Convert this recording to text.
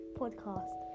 podcast